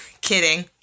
Kidding